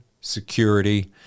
security